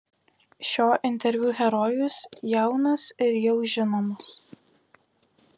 šio interviu herojus jaunas ir jau žinomas